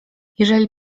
jeżeli